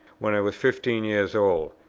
when i was fifteen years old,